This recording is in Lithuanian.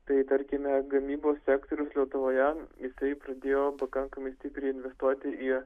tai tarkime gamybos sektorius lietuvoje taip pradėjo pakankamai stipriai investuoti į